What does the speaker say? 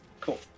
cool